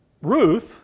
Ruth